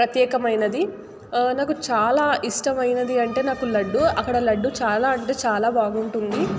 ప్రత్యేకమైనది నాకు చాలా ఇష్టమైనది అంటే నాకు లడ్డు అక్కడ లడ్డు చాలా అంటే చాలా బాగుంటుంది